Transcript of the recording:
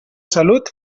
salut